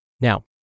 Now